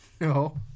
No